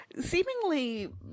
seemingly